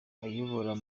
ayoboye